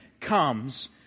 comes